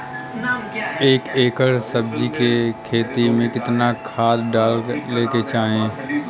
एक एकड़ सब्जी के खेती में कितना खाद डाले के चाही?